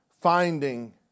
finding